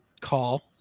call